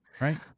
Right